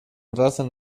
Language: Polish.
razem